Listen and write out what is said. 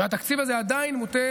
והתקציב הזה עדיין מוטה